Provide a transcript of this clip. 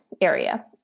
area